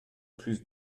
plus